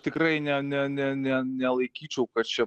tikrai ne ne ne ne nelaikyčiau kad čia